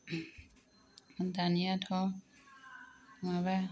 दानियाथ' माबा